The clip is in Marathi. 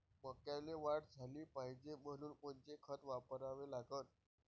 मक्याले वाढ झाली पाहिजे म्हनून कोनचे खतं वापराले लागन?